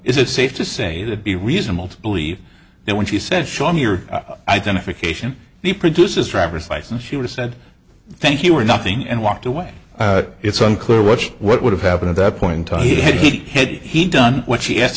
is it safe to say it would be reasonable to believe that when she said show me your identification he produces driver's license she was said thank you or nothing and walked away it's unclear what's what would have happened at that point in time he had he had he done what she asked